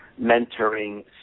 mentoring